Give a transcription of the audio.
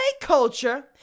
culture